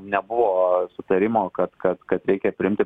nebuvo sutarimo kad kad kad reikia priimti